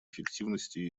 эффективности